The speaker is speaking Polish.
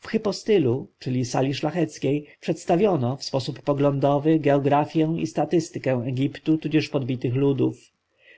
w hipostylu czyli sali szlacheckiej przedstawiono w sposób poglądowy jeografję i statystykę egiptu tudzież podbitych ludów